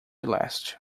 leste